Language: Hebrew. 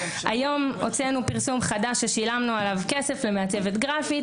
היום הוצאנו פרסום חדש ששילמנו עליו כסף למעצבת גרפית,